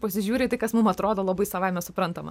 pasižiūri į tai kas mum atrodo labai savaime suprantama